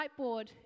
whiteboard